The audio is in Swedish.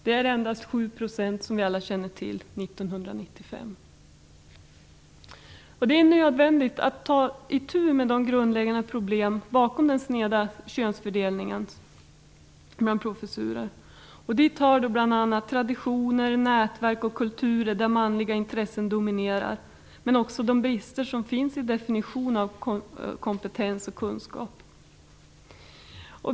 Det är endast 7 % kvinnliga professorer 1995, som vi alla känner till. Det är nödvändigt att ta itu med de grundläggande problemen bakom den sneda könsfördelningen. Dit hör bl.a. traditioner, nätverk och kulturer där manliga intressen dominerar men också de brister som finns i definitionen av kompetens och kunskap.